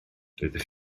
doeddech